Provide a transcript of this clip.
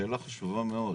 שאלה חשובה מאוד.